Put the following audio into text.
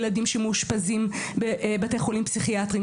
ילדים שמאושפזים בבתי חולים פסיכיאטריים,